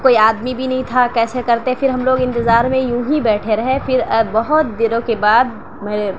کوئی آدمی بھی نہیں تھا کیسے کرتے پھر ہم لوگ انتظار میں یوں ہی بیٹھے رہے پھر بہت دنوں کے بعد میرے